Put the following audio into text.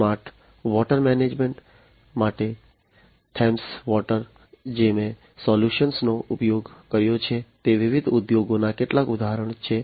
smart water management માટે Thames water જે મેં સોલ્યુશન્સનો ઉપયોગ કર્યો છે તે વિવિધ ઉદ્યોગોના કેટલાક ઉદાહરણો છે